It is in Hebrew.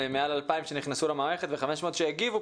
מעל 2,000 שנכנסו למערכת ו-500 שהגיבו,